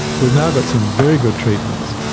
we've now got some very good treatments.